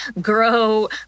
grow